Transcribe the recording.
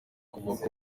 kuva